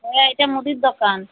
হ্যাঁ এটা মুদির দোকান